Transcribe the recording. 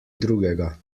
drugega